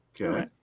Okay